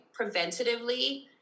preventatively